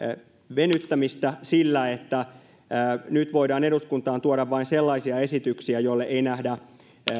venyttämistä sillä että nyt voidaan eduskuntaan tuoda vain sellaisia esityksiä joissa ei nähdä